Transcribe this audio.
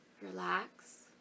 relax